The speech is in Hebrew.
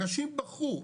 אנשים בכו,